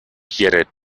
quiere